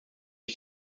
ich